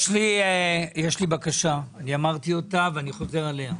יש לי בקשה, אמרתי אותה ואני חוזר עליה.